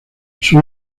sus